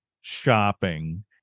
shopping